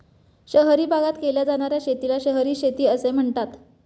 शहरी भागात केल्या जाणार्या शेतीला शहरी शेती असे म्हणतात